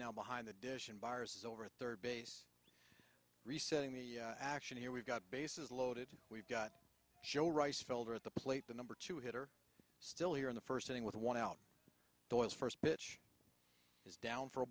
now behind the dish and viruses over a third base resetting the action here we've got bases loaded we've got show rice felder at the plate the number two hitter still here in the first inning with one out toys first pitch is down for a